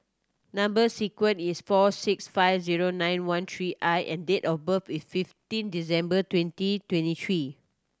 number sequence is S four six five zero nine one three I and date of birth is fifteen December twenty twenty three